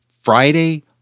Friday